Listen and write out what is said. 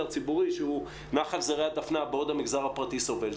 הציבורי שהוא נח על זרי הדפנה בעוד המגזר הפרטי סובל.